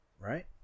Right